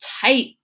tight